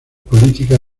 política